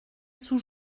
sous